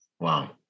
Wow